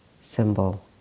symbol